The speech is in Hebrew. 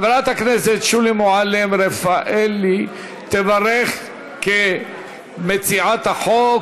חברת הכנסת שולי מועלם-רפאלי תברך כמציעת החוק.